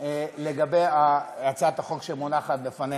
לגבי הצעת החוק שמונחת בפנינו.